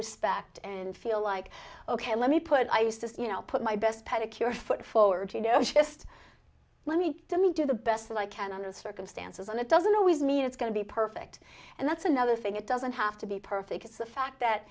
respect and feel like ok let me put i used to you know put my best pedicure foot forward you know she just let me to me do the best that i can under the circumstances and it doesn't always mean it's going to be perfect and that's another thing it doesn't have to be perfect it's the fact that